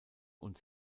und